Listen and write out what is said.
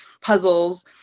puzzles